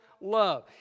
love